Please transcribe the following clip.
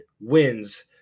wins